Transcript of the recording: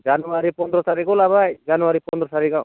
जानुवारि फन्द्र थारिगाव लाबाय जानुवारि फन्द्र थारिगाव